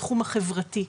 בתחום החברתי.